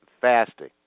fasting